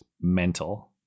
mental